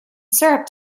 syrup